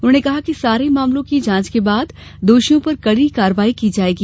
उन्होंने कहा कि सारे मामलों की जांच के बाद दोषियों पर कड़ी कार्यवाही की जाएगी